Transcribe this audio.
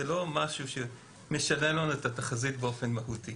לא משהו שמשנה את התחזית באופן מהותי.